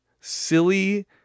silly